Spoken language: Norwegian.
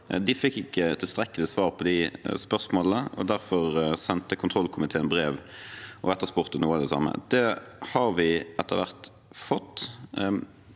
De fikk ikke tilstrekkelig svar på de spørsmålene. Derfor sendte kontrollkomiteen brev og etterspurte noe av det samme. Det har vi etter hvert fått.